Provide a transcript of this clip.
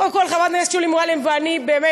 קודם כול, חברת הכנסת שולי מועלם ואני באמת